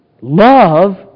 Love